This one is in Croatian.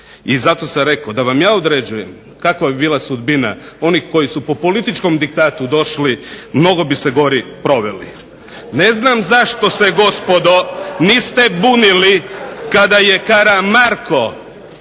i zato sam rekao da vam ja određujem kakva bi bila sudbina onih koji su po političkom diktatu došli mnogo bi se gori proveli. … /Buka u dvorani./… Ne znam zašto se gospodo niste bunili kada je Karamarko